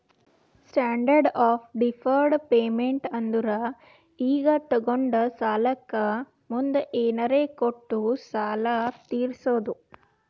standard of deferred payment ಅಂದುರ್ ಈಗ ತೊಗೊಂಡ ಸಾಲಕ್ಕ ಮುಂದ್ ಏನರೇ ಕೊಟ್ಟು ಸಾಲ ತೀರ್ಸೋದು